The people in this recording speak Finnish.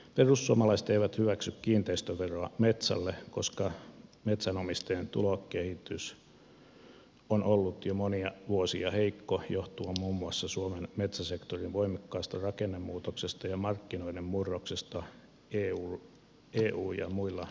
perussuomalaiset eivät hyväksy kiinteistöveroa metsälle koska metsänomistajien tulokehitys on ollut jo monia vuosia heikko johtuen muun muassa suomen metsäsektorin voimakkaasta rakennemuutoksesta ja markkinoiden murroksesta eu alueilla ja muilla markkina alueilla